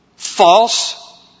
False